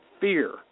fear